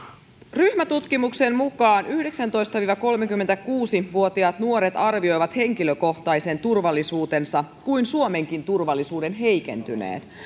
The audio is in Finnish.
ryhmätutkimuksen mukaan yhdeksäntoista viiva kolmekymmentäkuusi vuotiaat nuoret arvioivat henkilökohtaisen turvallisuutensa kuin suomenkin turvallisuuden heikentyneen